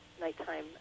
nighttime